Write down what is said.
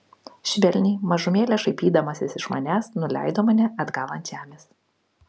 švelniai mažumėlę šaipydamasis iš manęs nuleido mane atgal ant žemės